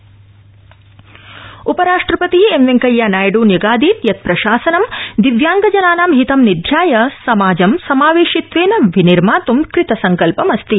उपराष्ट्रपति उपराष्ट्रपति एम् वेंकैया नायड् न्यगादीत् यत् प्रशासनं दिव्यांगजनानां हितं निध्याय समाजं समावेशित्वेन निर्मात् कृतसंकल्पमस्ति